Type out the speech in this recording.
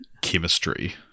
chemistry